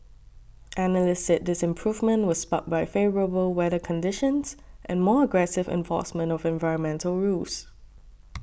analysts said this improvement was sparked by favourable weather conditions and more aggressive enforcement of environmental rules